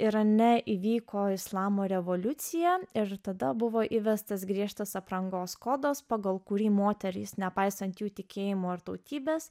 irane įvyko islamo revoliucija ir tada buvo įvestas griežtas aprangos kodas pagal kurį moterys nepaisant jų tikėjimo ar tautybės